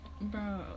Bro